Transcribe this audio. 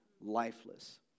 lifeless